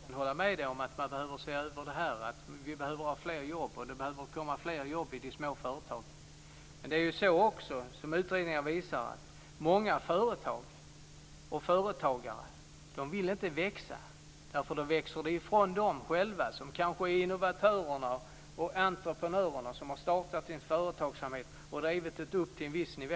Fru talman! Jag kan hålla med Elver Jonsson om att vi behöver se över detta, att vi behöver fler jobb och att det måste komma fler jobb i de små företagen. Men det är ju också så, som utredningar visar, att många företag och företagare inte vill växa. Då växer företaget ifrån dem - ifrån innovatörerna och entreprenörerna, som kanske har startat en företagsamhet och drivit den upp till en viss nivå.